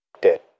dead